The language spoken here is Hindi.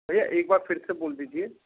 भैया एक बार फिर से बोल दीजिए